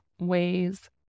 ways